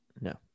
no